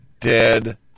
Dead